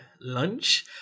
lunch